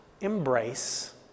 embrace